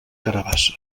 carabassa